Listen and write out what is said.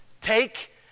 Take